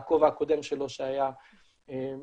מהכובע הקודם שלו שהיה הייטקיסט,